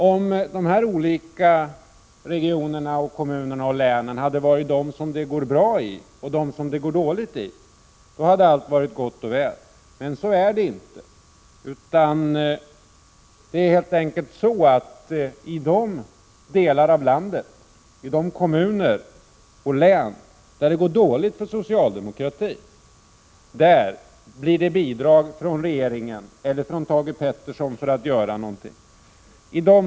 Om detta hade bestämts av att det går bra eller dåligt i de olika regionerna, kommunerna och länen, hade allt varit gott och väl. Men så är det inte, utan det är helt enkelt så att i de kommuner eller län där det går dåligt för socialdemokratin, där får man bidrag från regeringen eller från Thage Peterson till insatser.